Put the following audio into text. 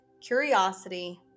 curiosity